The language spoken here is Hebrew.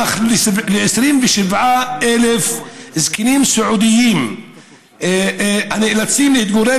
אך ל-27,000 זקנים סיעודיים הנאלצים להתגורר